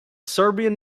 serbian